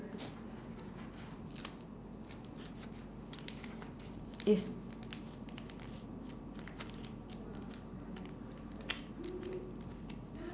yes